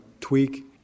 tweak